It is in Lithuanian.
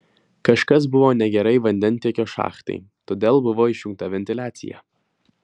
kažkas buvo negerai vandentiekio šachtai todėl buvo išjungta ventiliacija